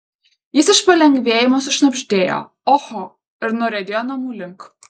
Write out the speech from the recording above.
jis iš palengvėjimo sušnabždėjo oho ir nuriedėjo namų link